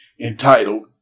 entitled